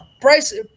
price